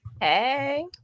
Hey